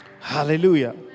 hallelujah